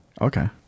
okay